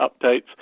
updates